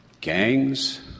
Gangs